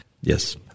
Yes